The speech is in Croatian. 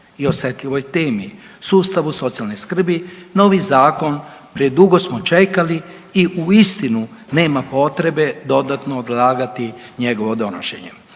i osetljivoj temi, sustavu socijalne skrbi, novi zakon predugo smo čekali i uistinu nema potrebe dodatno odlagati njegovo donošenje.